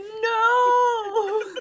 No